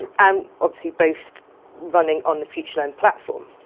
and um obviously both running on the futurelearn platform.